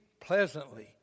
pleasantly